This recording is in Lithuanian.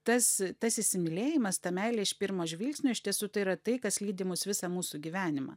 tas tas įsimylėjimas ta meilė iš pirmo žvilgsnio iš tiesų tai yra tai kas lydi mus visą mūsų gyvenimą